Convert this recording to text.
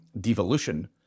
devolution